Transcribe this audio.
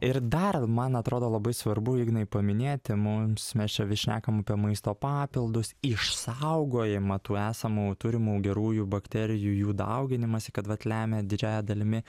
ir dar man atrodo labai svarbu ignai paminėti mums mes čia vis šnekam apie maisto papildus išsaugojimą tų esamų turimų gerųjų bakterijų jų dauginimąsi kad vat lemia didžiąja dalimi